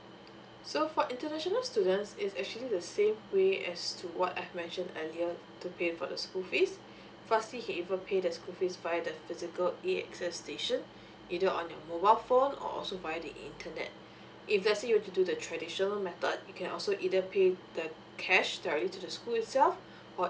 so for international students it's actually the same way as to what I've mentioned earlier to pay for the school fees firstly you can even pay the school fees via the physical a x s station either on your mobile phone or also via the internet if let's say you were to do the traditional method you can also either pay the cash directly to the school itself or